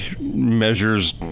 measures